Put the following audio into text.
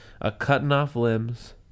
A-cutting-off-limbs